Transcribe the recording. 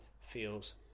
feels